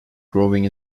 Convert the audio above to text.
growing